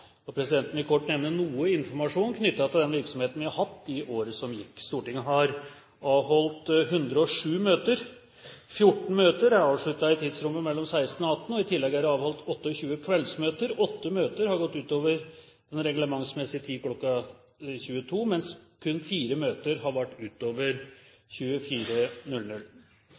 Presidenten vil kort nevne noe informasjon knyttet til den virksomheten vi har hatt i året som gikk. Stortinget har i løpet av dette året avholdt 107 møter. Fjorten møter ble avsluttet i tidsrommet mellom kl. 16 og 18. I tillegg er det avholdt 28 kveldsmøter. Åtte møter er gått utover den reglementsmessige tid, kl. 22, mens kun fire møter har vart utover kl. 24.